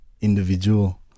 individual